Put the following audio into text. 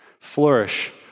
flourish